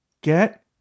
get